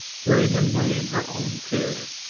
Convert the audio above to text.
hearing him name her own fear.